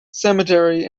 cemetery